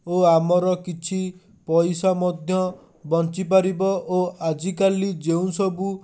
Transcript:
ଓ ଆମର କିଛି ପଇସା ମଧ୍ୟ ବଞ୍ଚିପାରିବ ଓ ଆଜିକାଲି ଯେଉଁସବୁ